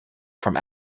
from